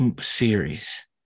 series